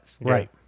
right